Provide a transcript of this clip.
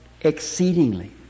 exceedingly